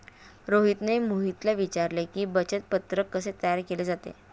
रोहितने मोहितला विचारले की, बचत पत्रक कसे तयार केले जाते?